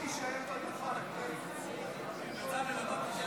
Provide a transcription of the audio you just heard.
ותעבור לוועדת הכספים לצורך הכנתה לקריאה השנייה והשלישית.